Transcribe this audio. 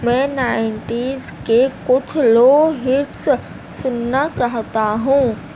میں نائنٹیز کے کچھ لو ہٹس سننا چاہتا ہوں